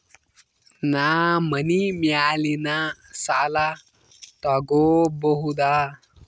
ನಾ ಮನಿ ಮ್ಯಾಲಿನ ಸಾಲ ತಗೋಬಹುದಾ?